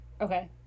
okay